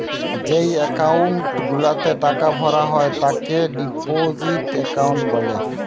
যেই একাউন্ট গুলাতে টাকা ভরা হয় তাকে ডিপোজিট একাউন্ট বলে